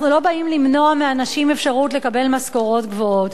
אנחנו לא באים למנוע מאנשים אפשרות לקבל משכורות גבוהות,